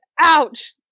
ouch